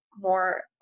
more